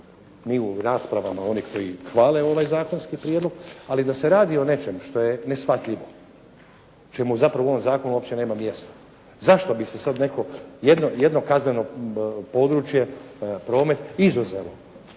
ni u raspravama onih koji hvale ovaj zakonski prijedlog, ali da se radi o nečem što je neshvatljivo, čemu zapravo u ovom zakonu nema mjesta, zašto bi se sada netko jedno kazneno područje promet, izuzelo,